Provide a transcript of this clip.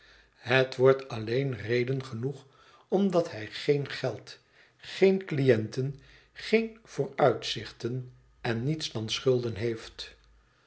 het wordt alleen reden genoeg omdat hij geen geld geen cliënten geen vooruitzichten en niets dan schulden heeft